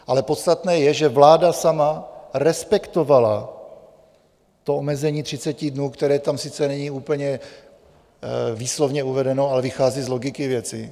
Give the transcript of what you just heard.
Ale podstatné je, že vláda sama respektovala to omezení 30 dnů, které tam sice není úplně výslovně uvedeno, ale vychází z logiky věci.